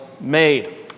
made